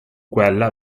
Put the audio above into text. quella